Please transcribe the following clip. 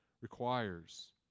requires